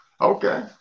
Okay